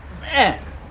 man